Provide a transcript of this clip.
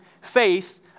faith